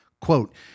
quote